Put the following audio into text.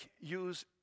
use